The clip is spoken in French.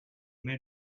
mai